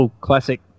classic